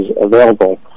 available